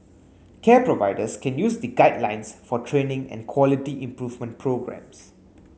care providers can use the guidelines for training and quality improvement programmes